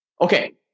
Okay